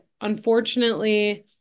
unfortunately